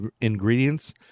ingredients